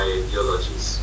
ideologies